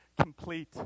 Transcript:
complete